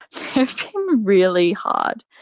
really hard.